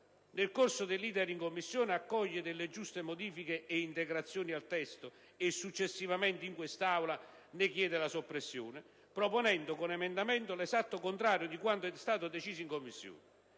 nel corso dell'*iter* in Commissione, accoglie delle giuste modifiche e integrazioni al testo e successivamente, in quest'Aula, ne chiede la soppressione, proponendo con emendamento l'esatto contrario di quanto deciso in Commissione.